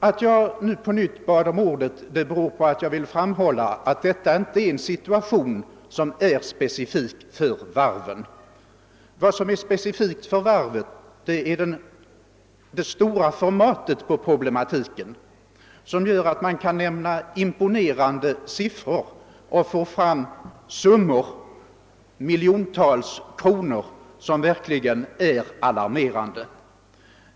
Anledningen till att jag på nytt begärde ordet är att jag ville framhålla vad som är det specifika för varvens si tuation, nämligen problematikens stora format, som gör att man kan redovisa imponerande siffror och få fram verkligt alarmerande summor på många miljoner kronor.